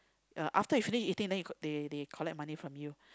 uh after you finished eating then you they they collect money from you